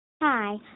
Hi